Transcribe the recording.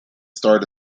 starred